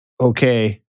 okay